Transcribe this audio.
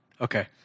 Okay